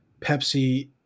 Pepsi